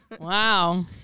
Wow